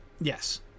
yes